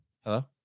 Hello